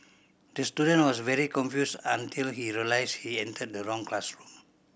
the student was very confused until he realised he entered the wrong classroom